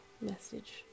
message